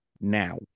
now